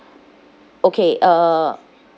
okay uh